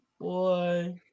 Boy